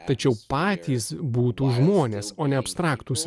tačiau patys būtų žmonės o ne abstraktūs